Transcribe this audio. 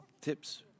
tips